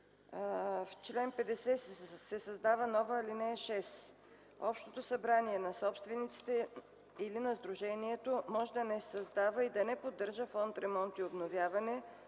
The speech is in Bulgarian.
в чл. 50 се създава нова ал. 6: „(6) Общото събрание на собствениците или на сдружението може да не създава и да не поддържа фонд „Ремонт и обновяване”